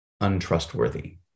untrustworthy